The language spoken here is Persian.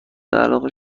علاقه